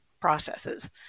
processes